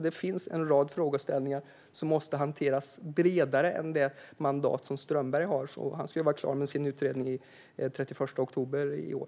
Det finns alltså en rad frågeställningar som måste hanteras bredare än det mandat som Strömberg har. Han ska vara klar med sin utredning den 31 oktober i år.